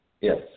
Yes